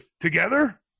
together